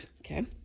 Okay